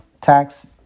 tax